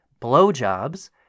blowjobs